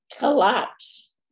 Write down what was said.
Collapse